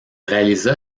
réalisa